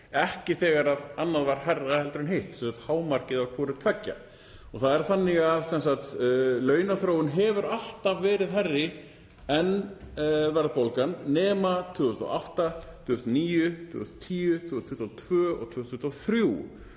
ekki þegar annað var hærra heldur en hitt, sem sagt hámarkið á hvoru tveggja. Það er þannig að launaþróun hefur alltaf verið hærri en verðbólgan nema árin 2008, 2009, 2010, 2022 og 2023.